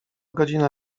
godzina